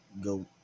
go